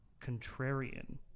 contrarian